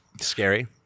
Scary